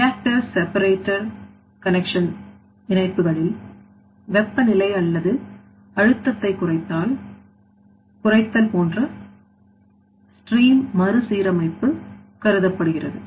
In இணைப்புகளில் வெப்பநிலை அல்லது அழுத்தத்தை குறைத்தல் போன்ற stream மறுசீரமைப்பு கருதப்படுகிறது